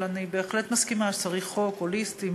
אבל אני בהחלט מסכימה שצריך חוק הוליסטי,